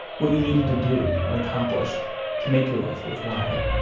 what you needed to do and accomplish to make your life worthwhile.